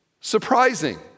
Surprising